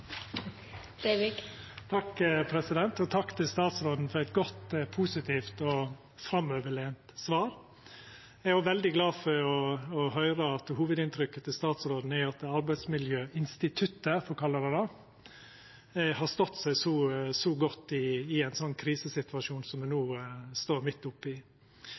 til statsråden for eit godt, positivt og framoverlent svar. Eg er òg veldig glad for å høyra at hovudinntrykket til statsråden er at arbeidsmiljøinstituttet, for å kalla det det, har stått seg så godt i ein krisesituasjon som den me no står midt oppe i.